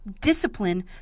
discipline